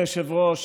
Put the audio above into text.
אדוני היושב-ראש,